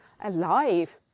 alive